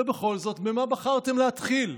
ובכל זאת, במה בחרתם להתחיל?